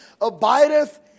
abideth